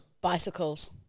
Bicycles